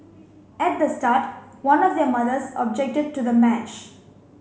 at the start one of their mothers objected to the match